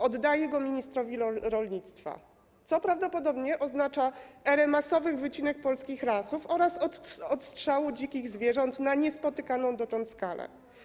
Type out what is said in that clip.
Oddaje je pod opiekę ministrowi rolnictwa, co prawdopodobnie oznacza erę masowych wycinek polskich lasów oraz odstrzału dzikich zwierząt na niespotykaną dotąd skalę.